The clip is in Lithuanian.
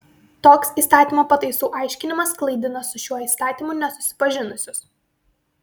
toks įstatymo pataisų aiškinimas klaidina su šiuo įstatymu nesusipažinusius